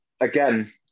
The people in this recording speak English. again